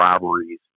robberies